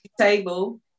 table